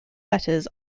letters